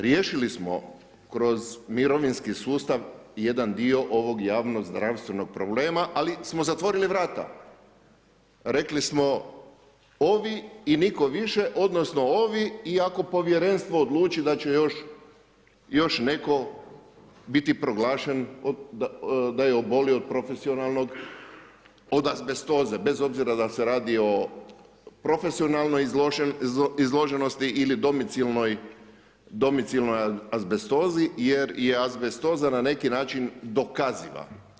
Riješili smo kroz mirovinski sustav jedan dio ovog javno-zdravstvenog problema ali smo zatvorili vrata, rekli smo ovi i nitko više, odnosno ovi i ako povjerenstvo odluči da će još netko biti proglašen da je obolio od profesionalnog, od azbestoze, bez obzira da li se radi o profesionalnoj izloženosti ili domicilnoj azbestozi jer je azbestoza na neki način dokaziva.